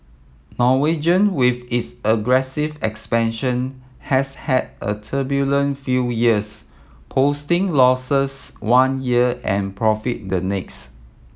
Norwegian with its aggressive expansion has had a turbulent few years posting losses one year and profit the next